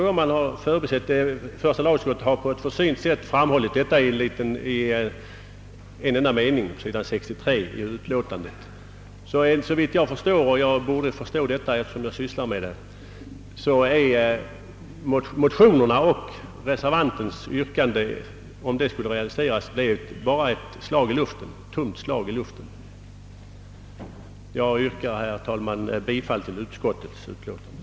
Första lagutskottet har på ett försynt sätt framhållit detta i en enda mening på s. 63 i ulåtandet. Såvitt jag förstår — och jag borde förstå det eftersom jag sysslar med sådana här ting — skulle motionärernas och reservantens yrkande, om: det skulle realiseras, endast bli ett slag i luften. Jag yrkar, herr talman, bifall till utskottets hemställan.